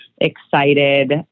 excited